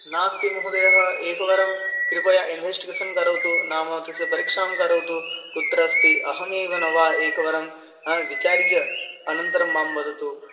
नास्ति महोदयः एकवारं कृपया इन्वेस्टिगेषन् करोतु नाम तस्य परीक्षां करोतु कुत्र अस्ति अहमेव न वा एकवारं विचार्य अनन्तरं मां वदतु